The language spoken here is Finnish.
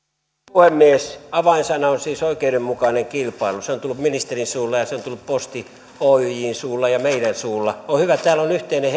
puhemies avainsana on siis oikeudenmukainen kilpailu se on tullut ministerin suulla ja se on tullut posti oyjn suulla ja meidän suulla on hyvä että täällä on yhteinen